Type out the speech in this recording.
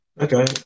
Okay